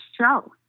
show